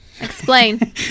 Explain